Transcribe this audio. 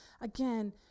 again